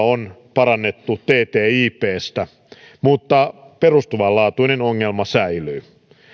on parannettu ttipstä mutta perustavanlaatuinen ongelma säilyy